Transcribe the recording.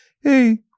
hey